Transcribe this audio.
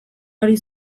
ari